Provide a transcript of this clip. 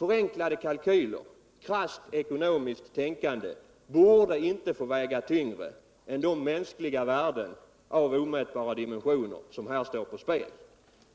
förenklade kalkyler och eu krasst ekonomiskt synsätt borde inte få väga tyngre än de mänskliga värden av omiätbara dimensioner som här står på spel.